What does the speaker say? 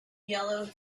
yellow